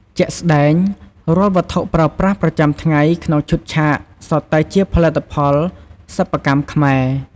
ជាក់ស្ដែង រាល់ វត្ថុប្រើប្រាស់ប្រចាំថ្ងៃក្នុងឈុតឆាកសុទ្ធតែជាផលិតផលសិប្បកម្មខ្មែរ។